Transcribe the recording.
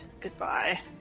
Goodbye